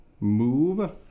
Move